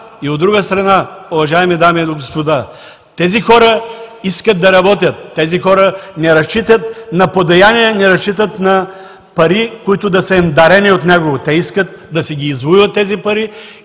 От друга страна, уважаеми дами и господа, тези хора искат да работят. Тези хора не разчитат на подаяния, не разчитат на пари, които да им са дарени от някого. Те искат да си ги извоюват тези пари